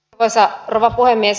arvoisa rouva puhemies